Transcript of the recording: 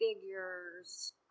figures